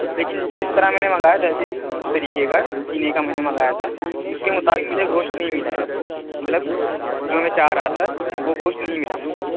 لیکن جس طرح میں نے منگایا تھا جس طریقے کا سینے کا میں نے منگایا تھا اس کے مطابق مجھے گوشت نہیں ملا ہے مطلب جو میں چاہ رہا تھا وہ گوشت نہیں ملا مجھے